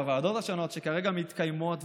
בוועדות השונות שכרגע מתקיימות,